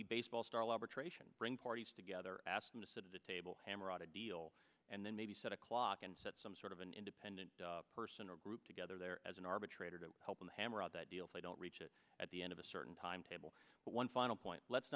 ration bring parties together ask them to sit at the table hammer out a deal and then maybe set a clock and set some sort of an independent person or group together there as an arbitrator to help them hammer out that deal if they don't reach it at the end of a certain timetable but one final point let's